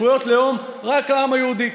זכויות לאום, רק לעם היהודי.